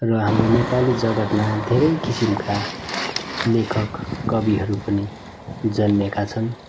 र हाम्रो नेपाली जगत्मा धेरै किसिमका लेखक कविहरू पनि जन्मेका छन्